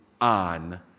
on